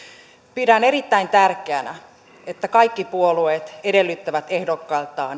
pidän erittäin tärkeänä että kaikki puolueet edellyttävät ehdokkailtaan